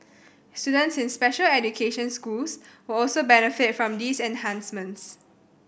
students in special education schools will also benefit from these enhancements